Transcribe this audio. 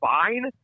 fine